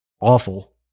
awful